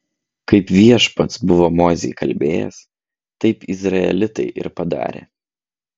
kaip viešpats buvo mozei kalbėjęs taip izraelitai ir padarė